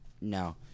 no